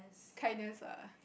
kindness ah